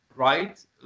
Right